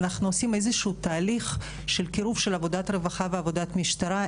אנחנו עושים איזשהו תהליך של קירוב של עבודת רווחה ועבודת משטרה,